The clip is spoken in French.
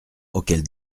auxquels